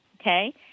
okay